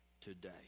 today